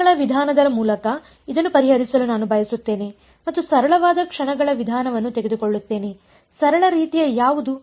ಕ್ಷಣಗಳ ವಿಧಾನದ ಮೂಲಕ ಇದನ್ನು ಪರಿಹರಿಸಲು ನಾನು ಬಯಸುತ್ತೇನೆ ಮತ್ತು ಸರಳವಾದ ಕ್ಷಣಗಳ ವಿಧಾನವನ್ನು ತೆಗೆದುಕೊಳ್ಳುತ್ತೇನೆ ಸರಳ ರೀತಿಯ ಯಾವುದು